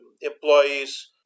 employees